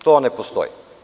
To ne postoji.